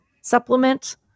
supplement